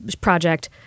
project